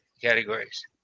categories